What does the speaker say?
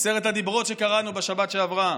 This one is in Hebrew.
עשרת הדיברות, שקראנו בשבת שעברה,